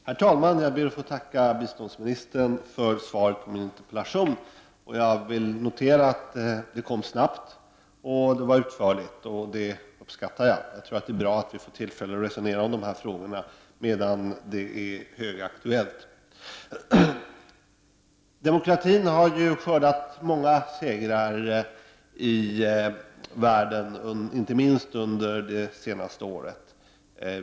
Herr talman! Jag ber att få tacka biståndsministern för svaret på min interpellation. Jag vill notera att svaret kom snabbt och var utförligt, vilket jag uppskattar. Jag tror att det är bra att vi får tillfälle att resonera om dessa frågor medan de är högaktuella. Demokratin har ju skördat många segrar i världen inte minst under det senaste året.